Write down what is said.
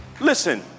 Listen